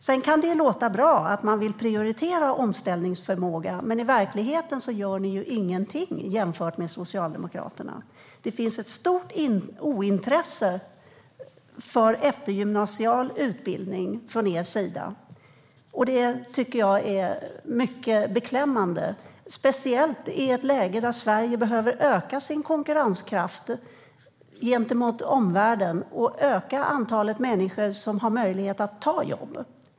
Sedan kan det låta bra att ni vill prioritera omställningsförmågan, men i verkligheten gör ni ingenting jämfört med Socialdemokraterna. Det finns ett stort ointresse för eftergymnasial utbildning från er sida, och det tycker jag är mycket beklämmande, speciellt i ett läge där Sverige behöver öka sin konkurrenskraft gentemot omvärlden och öka antalet människor som har möjlighet att ta jobb.